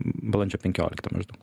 balandžio penkioliktą maždaug